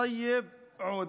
טייב עודה,